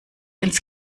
ins